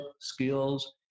skills